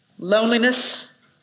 Loneliness